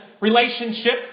relationship